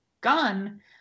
gun